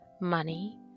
money